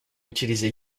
utiliser